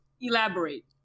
Elaborate